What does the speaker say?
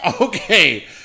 Okay